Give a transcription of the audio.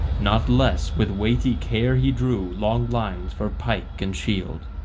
not less with weighty care he drew long lines for pike and shield.